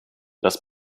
das